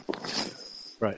right